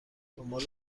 دنبال